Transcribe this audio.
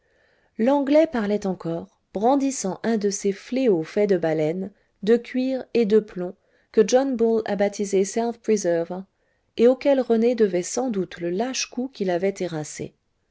l'anglais parlait encore brandissant un de ces fléaux faits de baleine de cuir et de plomb que john bull a baptisés self preserver et auquel rené devait sans doute le lâche coup qui l'avait terrassé